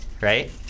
Right